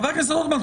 חבר הכנסת רוטמן,